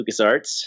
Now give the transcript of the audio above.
LucasArts